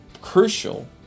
crucial